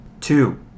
Two